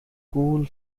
cool